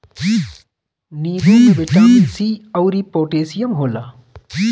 नींबू में vitamin C अउरी पोटैशियम होला